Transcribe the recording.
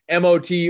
MOT